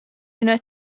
üna